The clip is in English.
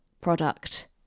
product